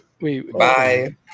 Bye